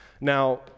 Now